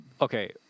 okay